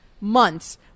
months